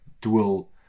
dual